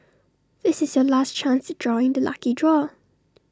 this is your last chance to join the lucky draw